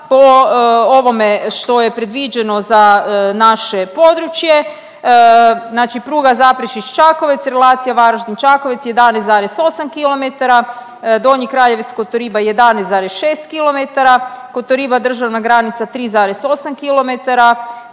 po ovome što je predviđeno za naše područje, znači pruga Zaprešić-Čakovec, relacija Varaždin-Čakovec, 11,8 km, Donji Kraljevec-Kotoriba 11,6 km, Kotoriba-državna granica 3,8 km